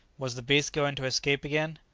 was the beast going to escape again?